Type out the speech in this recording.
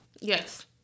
Yes